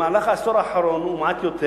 במהלך העשור האחרון ומעט יותר